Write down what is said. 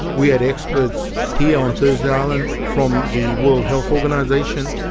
we had experts here on thursday island from the world health organisation.